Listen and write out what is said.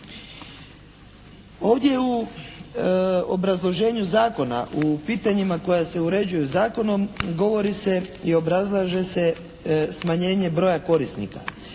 Ovdje u obrazloženju zakona u pitanjima koja se uređuju zakonom govori se i obrazlaže se smanjenje broja korisnika,